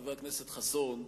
חבר הכנסת חסון,